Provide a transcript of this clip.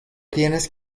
tienes